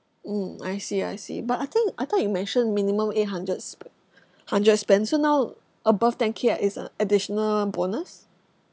mm I see I see but I think I thought you mentioned minimum eight hundred sp~ hundred spend so now above ten K ah is uh additional bonus